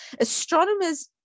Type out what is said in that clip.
astronomers